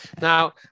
Now